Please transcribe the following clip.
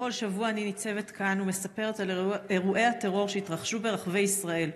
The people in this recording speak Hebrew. בכל שבוע אני ניצבת כאן ומספרת על אירועי הטרור שהתרחשו ברחבי ישראל,